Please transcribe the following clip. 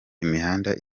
imihanda